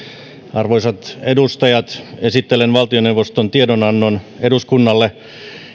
arvoisat edustajat esittelen valtioneuvoston tiedonannon eduskunnalle